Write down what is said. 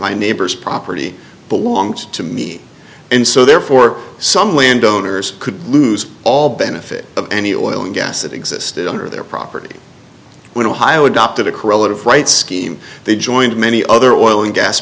my neighbor's property belongs to me and so therefore some landowners could lose all benefit of any oil and gas that existed under their property when ohio adopted a corella of rights scheme they joined many other oil and gas